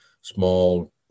small